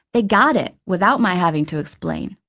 they got it without my having to explain.